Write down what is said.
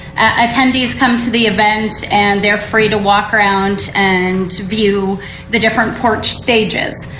attendees come to the event and they're free to walk around and to view the different porsche stages.